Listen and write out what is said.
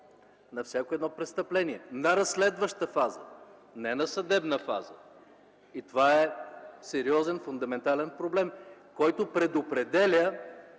на всяко едно престъпление на разследваща фаза, не на съдебна фаза. И това е сериозен, фундаментален проблем, който предопределя